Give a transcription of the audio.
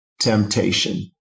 temptation